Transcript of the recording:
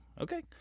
Okay